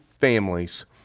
families